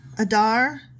Adar